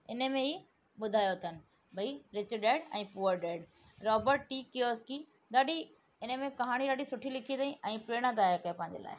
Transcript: इन में ई ॿुधायो अथनि भई rich dad poor dad Robert T Kiyosaki ॾाढी इन में कहाणियूं ॾाढी सुठी लिखी अथई ऐं प्रेरणा दायक आहे पंहिंजे लाइ